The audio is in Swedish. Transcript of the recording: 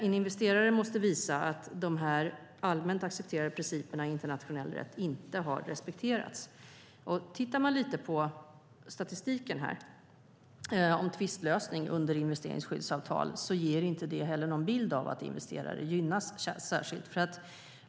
En investerare måste visa att de allmänt accepterade principerna i internationell rätt inte har respekterats. Tittar man lite på statistiken över tvistlösning under investeringsskyddsavtal ser man att den inte ger någon bild av att investerare gynnas särskilt.